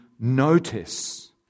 Notice